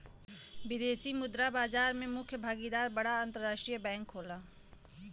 विदेशी मुद्रा बाजार में मुख्य भागीदार बड़ा अंतरराष्ट्रीय बैंक होला